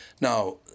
Now